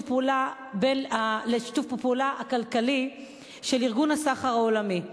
פעולה כלכלי של ארגון הסחר העולמי.